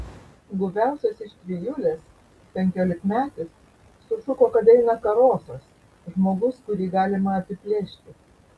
guviausias iš trijulės penkiolikmetis sušuko kad eina karosas žmogus kurį galima apiplėšti